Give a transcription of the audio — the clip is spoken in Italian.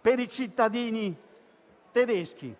per i cittadini tedeschi.